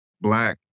Black